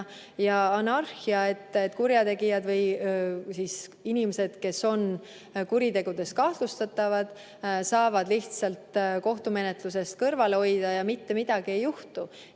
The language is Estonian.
ja anarhia, kui kurjategijad või inimesed, kes on kuriteos kahtlustatavad, saavad lihtsalt kohtumenetlusest kõrvale hoida ja mitte midagi ei juhtu.